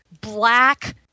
black